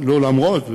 לא למרות,